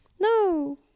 No